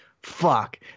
Fuck